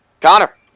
Connor